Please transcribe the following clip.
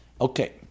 Okay